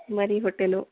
ಬರಿ ಹೊಟ್ಟೆ ನೋವು